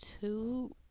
two